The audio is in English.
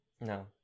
No